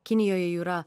kinijoje jų yra